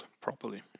properly